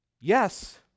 Yes